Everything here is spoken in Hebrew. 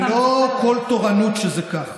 זה לא כל תורנות שזה ככה.